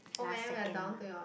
last second one